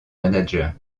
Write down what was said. manager